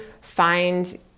find